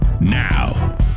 now